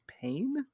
pain